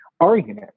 argument